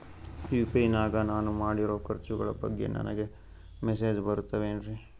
UPI ನಾಗ ನಾನು ಮಾಡಿರೋ ಖರ್ಚುಗಳ ಬಗ್ಗೆ ನನಗೆ ಮೆಸೇಜ್ ಬರುತ್ತಾವೇನ್ರಿ?